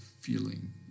feeling